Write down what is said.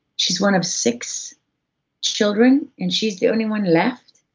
she's one of six children, and she's the only one left.